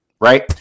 right